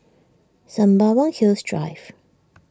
Sembawang Hills Drive